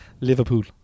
Liverpool